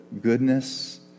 goodness